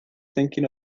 thinking